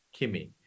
Kimmy